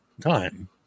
time